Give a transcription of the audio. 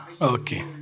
Okay